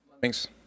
Thanks